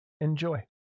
Enjoy